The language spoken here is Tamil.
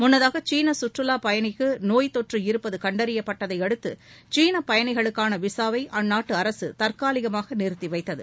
முன்னதாக சீன சுற்றுலாப் பயணிக்கு நோய் தொற்று இருப்பது கண்டறியப்பட்டதை அடுத்து சீன பயணிகளுக்கான விசாவை அற்நாட்டு அரசு தற்காலிகமாக நிறுத்தி வைத்தது